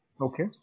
Okay